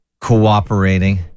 cooperating